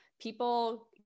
people